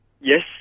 Yes